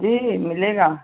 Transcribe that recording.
जी मिलेगा